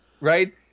Right